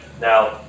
Now